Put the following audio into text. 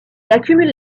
accumule